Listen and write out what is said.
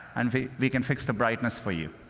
and we we can fix the brightness for you.